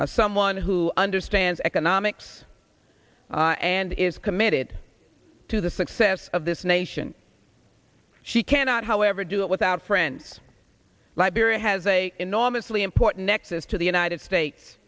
us someone who understands economics and is committed to the success of this nation she cannot however do it without friends liberia has a enormously important nexus to the united states